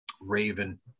Raven